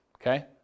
Okay